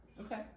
Okay